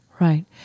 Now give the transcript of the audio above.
Right